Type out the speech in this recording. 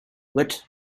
lit